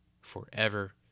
forever